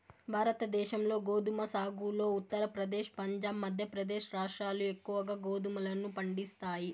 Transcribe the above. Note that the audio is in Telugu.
భారతదేశంలో గోధుమ సాగులో ఉత్తరప్రదేశ్, పంజాబ్, మధ్యప్రదేశ్ రాష్ట్రాలు ఎక్కువగా గోధుమలను పండిస్తాయి